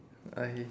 I